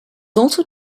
also